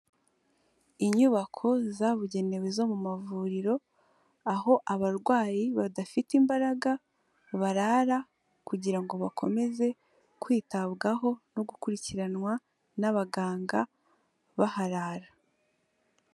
Inyubako zabugenewe zo mu mavuriro, aho abarwayi badafite imbaraga barara, kugira ngo bakomeze kwitabwaho no gukurikiranwa n'abaganga baharara.